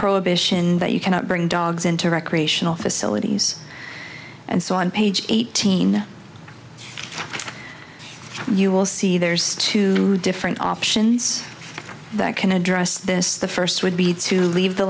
prohibition but you cannot bring dogs into recreational facilities and so on page eighteen you will see there's two different options that can address this the first would be to leave the